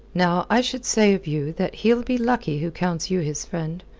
now, i should say of you that he'll be lucky who counts you his friend.